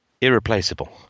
Irreplaceable